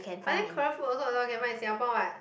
but then Korea food also a lot can find in Singapore what